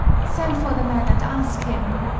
send for the man, and ask him.